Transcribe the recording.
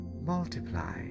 multiply